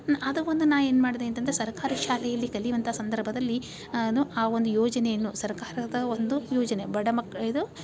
ಅದು ಒಂದು ನಾ ಏನು ಮಾಡಿದೆ ಅಂತಂದ್ರೆ ಸರ್ಕಾರಿ ಶಾಲೆಯಲ್ಲಿ ಕಲಿವಂಥ ಸಂದರ್ಭದಲ್ಲಿ ನು ಆ ಒಂದು ಯೋಜನೆಯನ್ನು ಸರ್ಕಾರದ ಒಂದು ಯೋಜನೆ ಬಡ ಮಕ್ಳ ಇದು